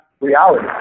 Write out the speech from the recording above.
reality